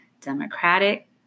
Democratic